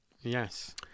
Yes